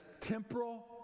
temporal